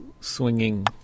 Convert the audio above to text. swinging